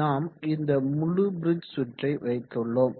நாம் இந்த முழு பிரிட்ஜ் சுற்றை வைத்துள்ளோம்